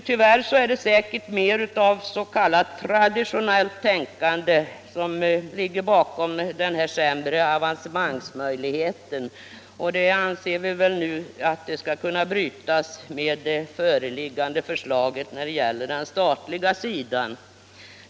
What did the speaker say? Tyvärr är det säkert mera av s.k. traditionellt tänkande som ligger bakom den sämre avancemangsmöjligheten, men vi tror att den trenden nu i och med antagandet av det föreliggande förslaget skall kunna brytas när det gäller den statliga sidan.